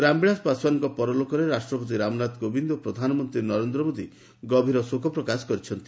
ରାମବିଳାସ ପାଶ୍ୱାନଙ୍କ ପରଲୋକରେ ରାଷ୍ଟ୍ରପତି ରାମନାଥ କୋବିନ୍ଦ ଓ ପ୍ରଧାନମନ୍ତ୍ରୀ ନରେନ୍ଦ୍ର ମୋଦୀ ଗଭୀର ଶୋକ ପ୍ରକାଶ କରିଛନ୍ତି